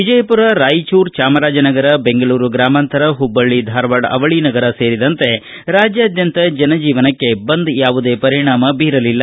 ವಿಜಯಪುರ ರಾಯಚೂರ ಚಾಮರಾಜನಗರ ಬೆಂಗಳೂರು ಗ್ರಾಮಾಂತರ ಹುಬ್ಬಳ್ಳಿ ಧಾರವಾಡ ಅವಳನಗರ ಸೇರಿದಂತೆ ರಾಜ್ಯಾದ್ಯಂತ ಜನಜೀವನಕ್ಕೆ ಬಂದ್ ಯಾವುದೇ ಪರಿಣಾಮ ಬೀರಲಿಲ್ಲ